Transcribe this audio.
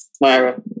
Myra